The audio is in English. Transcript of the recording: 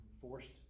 forced